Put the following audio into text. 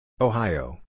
Ohio